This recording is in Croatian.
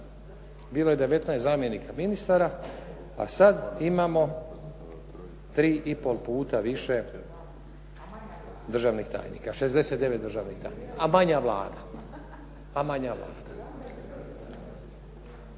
Bilo je 19 zamjenika ministara, a sad imamo 3 i pol puta više državnih tajnika, 69 državnih tajnika. A manja Vlada.